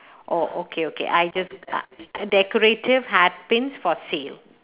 oh okay okay I just ha~ decorative hat pins for sale